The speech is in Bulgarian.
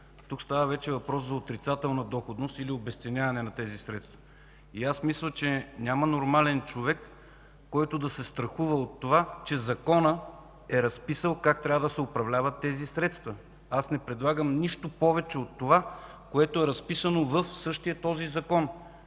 Тук става вече въпрос за отрицателна доходност или обезценяване на тези средства. И аз мисля, че няма нормален човек, който да се страхува от това, че Законът е разписал как трябва да се управляват тези средства. Аз не предлагам нищо повече от това, което е разписано в същия този Закон.